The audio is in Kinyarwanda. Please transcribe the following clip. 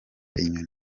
inyoni